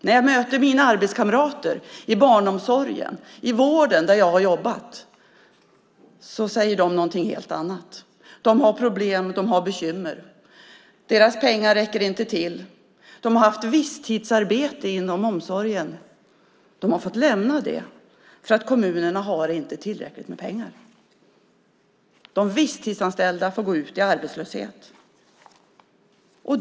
När jag möter mina arbetskamrater i barnomsorgen och i vården där jag har jobbat säger de någonting helt annat. De har problem. De har bekymmer. Deras pengar räcker inte till. De har haft visstidsarbete inom omsorgen. De har fått lämna det för att kommunerna inte har tillräckligt med pengar. De visstidsanställda får gå ut i arbetslöshet.